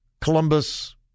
Columbus